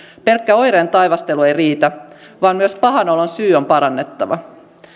pelkkä oireen taivastelu ei riitä vaan myös pahan olon syy on parannettava